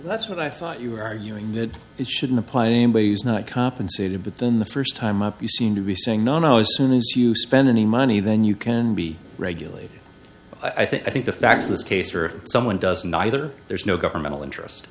that's what i thought you were arguing that it shouldn't apply namely use not compensated but then the first time up you seem to be saying no no as soon as you spend any money then you can be regulated i think the facts in this case are someone doesn't either there's no governmental interest